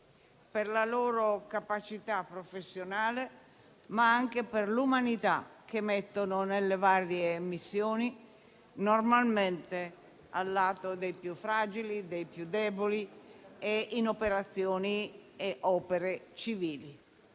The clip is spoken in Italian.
per la loro capacità professionale, ma anche per l'umanità che mettono nelle varie missioni, normalmente al fianco dei più fragili, dei più deboli e in operazioni e in opere civili.